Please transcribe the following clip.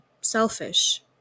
selfish